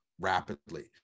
rapidly